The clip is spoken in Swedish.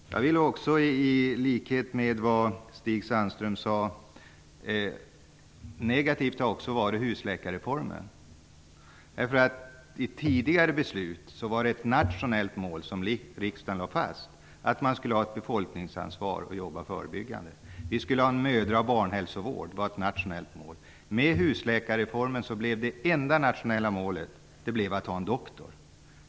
Jag vill i likhet med Stig Sandström säga att husläkarreformen varit negativ. I tidigare beslut lade riksdagen fast ett nationellt mål, dvs. att man skulle ha ett befolkningsansvar och jobba förebyggande. Det var ett nationellt mål att vi skulle ha en mödra och barnhälsovård. Med husläkarreformen blev det enda nationella målet att alla skulle ha en doktor.